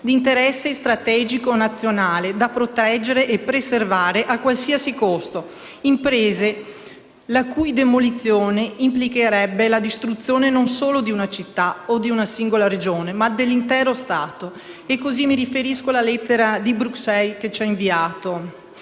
un interesse strategico nazionale da proteggere e preservare a qualsiasi costo: imprese la cui demolizione implicherebbe la distruzione non solo di una città o di una singola Regione, ma dell'intero Stato. Mi riferisco alla lettera inviataci